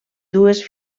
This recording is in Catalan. dues